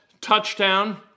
touchdown